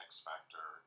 X-Factor